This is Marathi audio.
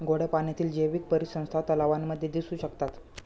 गोड्या पाण्यातील जैवीक परिसंस्था तलावांमध्ये दिसू शकतात